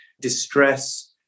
distress